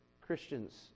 Christians